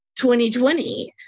2020